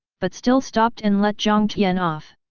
but still stopped and let jiang tian off.